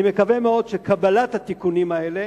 אני מקווה מאוד שקבלת התיקונים האלה